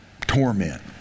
torment